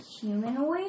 humanoid